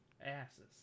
Asses